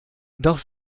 doch